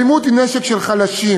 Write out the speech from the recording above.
אלימות היא נשק של חלשים,